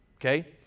okay